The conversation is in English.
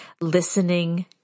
listening